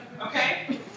Okay